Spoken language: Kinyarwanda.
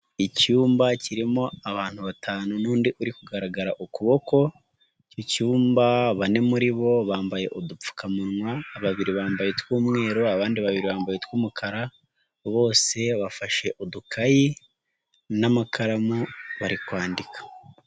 Icyumba kirimo abantu batanu n'undi uri kugaragara ukuboko, icyumba bane muri bo bambaye udupfukamunwa, babiri bambaye utw'umweru abandi babiri bambaye utw'umukara, bose bafashe udukayi n'amakaramu bari kwandika.